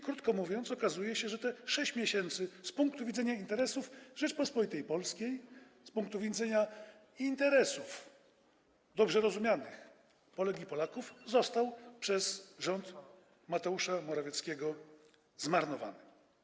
Krótko mówiąc, okazuje się, że te 6 miesięcy z punktu widzenia interesów Rzeczypospolitej Polskiej, z punktu widzenia dobrze rozumianych interesów Polek i Polaków zostało przez rząd Mateusza Morawieckiego zmarnowanych.